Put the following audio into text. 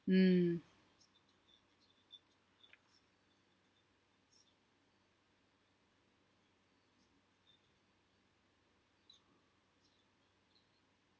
mm